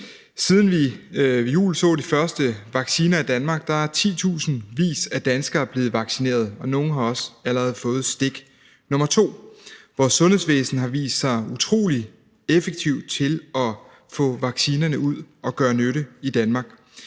Siden vi ved juletid så de første vacciner i Danmark, er titusindvis af danskere blevet vaccineret, og nogle har også allerede fået stik nummer to. Vores sundhedsvæsen har vist sig utrolig effektivt til at få vaccinerne ud at gøre nytte i Danmark,